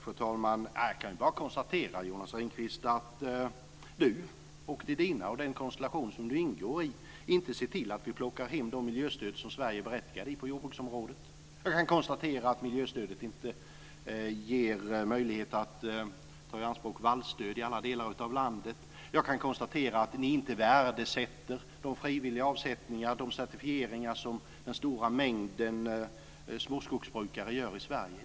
Fru talman! Jag kan bara konstatera att Jonas Ringqvist, hans parti och den konstellation som han ingår i inte ser till att vi plockar hem de miljöstöd som Sverige är berättigat till på jordbruksområdet. Jag kan konstatera att miljöstödet inte ger möjlighet att ta i anspråk vallstöd i alla delar av landet. Jag kan konstatera att ni inte värdesätter de frivilliga avsättningar och de certifieringar som den stora mängden småskogsbrukare gör i Sverige.